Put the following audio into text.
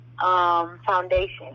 foundation